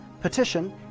petition